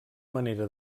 manera